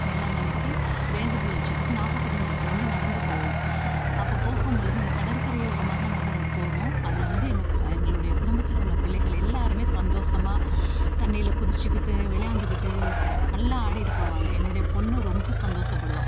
வேளாங்கண்ணிக்கு வேண்டுதல் வச்சுக்கிட்டு நாகப்பட்டினத்துலேருந்து நடந்து போவோம் அப்போ போகும்பொழுது அந்த கடற்கரை ஓரமாக நாங்கள் போவோம் அதில் வந்து எங்கள் எங்களுடைய குடும்பத்தில் உள்ள பிள்ளைகள் எல்லோருமே சந்தோஷமா தண்ணியில் குதித்துக்கிட்டு விளையாண்டுக்கிட்டு நல்லா ஆடிக்கிட்டு போவாங்க என்னுடைய பொண்ணு ரொம்ப சந்தோஷப்படுவா